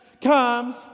comes